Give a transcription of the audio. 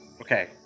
Okay